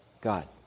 God